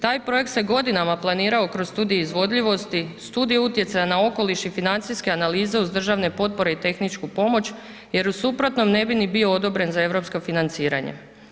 Taj projekt se godinama planirao kroz studij izvodljivosti, studij utjecaja na okoliš i financijske analize uz državne potpore i tehničku pomoć jer u suprotnom ne bi ni bio odobren za europsko financiranje.